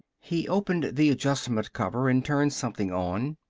he opened the adjustment-cover and turned something on.